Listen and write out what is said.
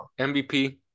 MVP